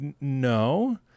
no